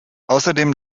außerdem